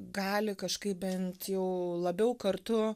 gali kažkaip bent jau labiau kartu